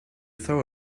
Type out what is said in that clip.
throw